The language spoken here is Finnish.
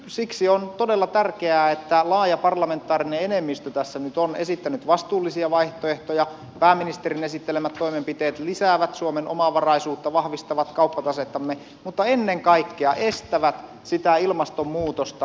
siksi on todella tärkeää että laaja parlamentaarinen enemmistö tässä nyt on esittänyt vastuullisia vaihtoehtoja pääministerin esittelemät toimenpiteet lisäävät suomen omavaraisuutta ja vahvistavat kauppatasettamme mutta ennen kaikkea estävät sitä ilmastonmuutosta